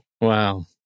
Wow